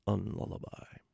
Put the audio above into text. Unlullaby